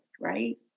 right